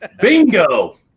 Bingo